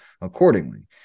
accordingly